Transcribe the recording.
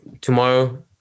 tomorrow